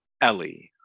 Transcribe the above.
Ellie